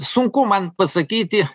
sunku man pasakyti